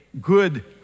good